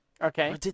Okay